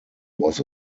was